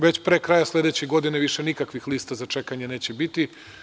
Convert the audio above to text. Već pre kraja sledeće godine više nikakvih lista za čekanje neće biti.